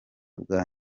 bwa